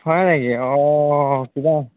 হয় নেকি অঁ কিবা